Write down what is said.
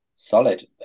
Solid